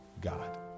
God